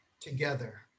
Together